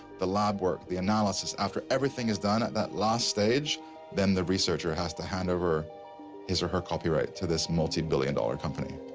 the lab work, the analysis after everything is done, at that last stage then the researcher has to handover his or her copyright to this multi billion dollar company